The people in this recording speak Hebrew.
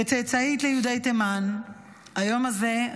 כצאצאית ליהודי תימן היום הזה,